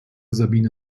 sabine